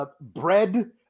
bread